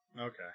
Okay